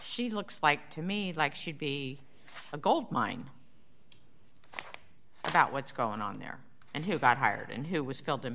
she looks like to me like she'd be a gold mine about what's going on there and who got hired and who was filled